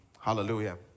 Hallelujah